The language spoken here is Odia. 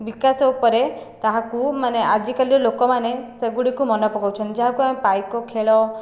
ବିକାଶ ଉପରେ ତାହାକୁ ମାନେ ଆଜି କାଲିର ଲୋକମାନେ ସେଗୁଡ଼ିକୁ ମନେ ପକାଉଛନ୍ତି ଯାହାକୁ ଆମେ ପାଇକ ଖେଳ